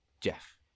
Jeff